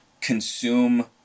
consume